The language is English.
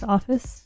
Office